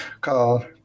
called